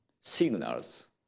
signals